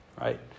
right